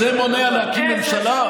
זה מונע להקים ממשלה?